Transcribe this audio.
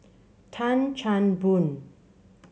Tan Chan Boon